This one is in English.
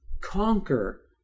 conquer